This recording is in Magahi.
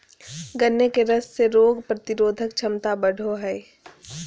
गन्ने के रस से रोग प्रतिरोधक क्षमता बढ़ो हइ